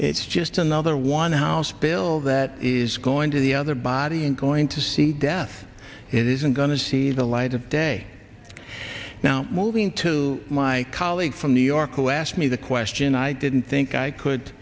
it's just another one house bill that is going to the other body is going to see death it isn't going to see the light of day now moving to my colleague from new york who asked me the question i didn't think i could